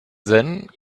then